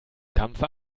kampfe